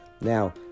Now